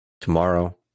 Tomorrow